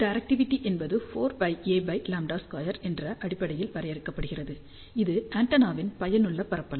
directivity என்பது 4πA λ² என்ற அடிப்படையில் வரையறுக்கப்படுகிறது இது ஆண்டெனாவின் பயனுள்ள பரப்பளவு